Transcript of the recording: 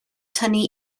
tynnu